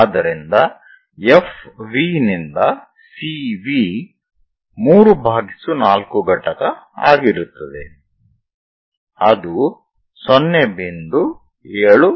ಆದ್ದರಿಂದ FV ನಿಂದ CV 3 4 ಘಟಕ ಆಗಿರುತ್ತದೆ ಅದು 0